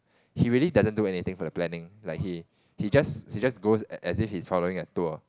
he really doesn't do anything for the planning like he he just he just goes as if he's following a tour